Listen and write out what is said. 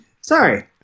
Sorry